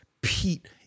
Pete